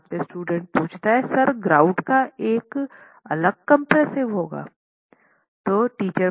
student sir grout का एक अलग कंप्रेसिव होगा